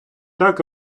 так